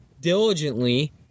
diligently